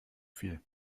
viel